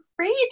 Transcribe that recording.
Great